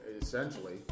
essentially